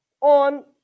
on